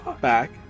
...back